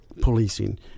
policing